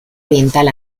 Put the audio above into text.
oriental